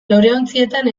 loreontzietan